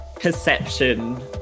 perception